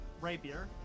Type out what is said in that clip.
rapier